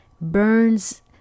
burns